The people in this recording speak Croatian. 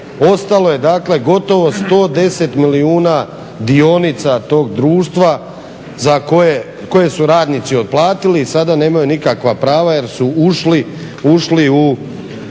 ostalo je dakle gotovo 110 milijuna dionica tog društva za koje, koje su radnici otplatili i sada nemaju nikakva prava jer su ušli u